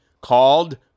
called